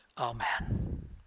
Amen